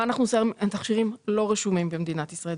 מה אנחנו עושים עם תכשירים לא רשומים במדינת ישראל,